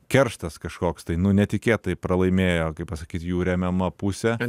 kerštas kažkoks tai nu netikėtai pralaimėjo kaip pasakyt jų remiama pusė